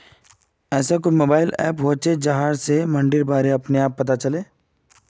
ऐसा कोई mobile app होचे जहा से हर दिन मंडीर बारे अपने आप पता चले?